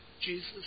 Jesus